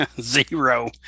Zero